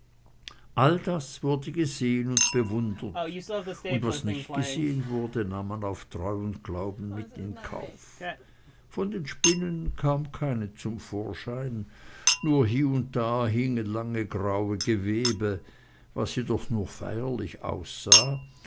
all das wurde gesehn und bewundert und was nicht gesehn wurde nahm man auf treu und glauben mit in den kauf von den spinnen kam keine zum vorschein nur hier und da hingen lange graue gewebe was jedoch nur feierlich aussah